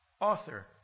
author